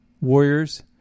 warriors